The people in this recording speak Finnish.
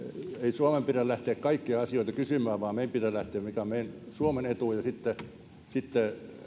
suomen pidä lähteä kaikkia asioita kysymään vaan meidän pitää lähteä siitä mikä on suomen etu ja sitten